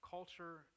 Culture